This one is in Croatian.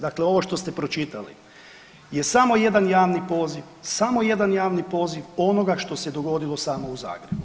Dakle, ovo što ste pročitali je samo jedan javni poziv, samo jedan javni poziv onoga što se dogodilo samo u Zagrebu.